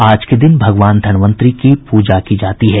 आज के दिन भगवान धन्वंतरी की पूजा की जाती है